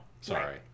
Sorry